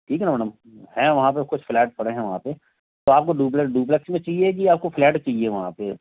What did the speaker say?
ठीक है मैडम हैं वहाँ पर कुछ फ्लैट पड़े हैं वहाँ पर तो आपको डुप्ले डुप्लेक्स में चाहिए कि आपको फ्लैट चाहिए वहाँ पर